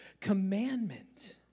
commandment